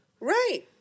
Right